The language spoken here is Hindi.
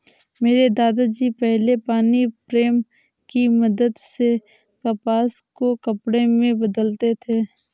मेरे दादा जी पहले पानी प्रेम की मदद से कपास को कपड़े में बदलते थे